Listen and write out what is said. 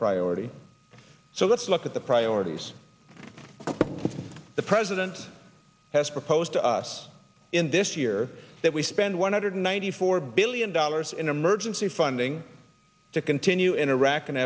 priority so let's at the priorities the president has proposed to us in this year that we spend one hundred ninety four billion dollars in emergency funding to continue in iraq and